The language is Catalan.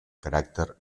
caràcter